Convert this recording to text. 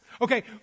Okay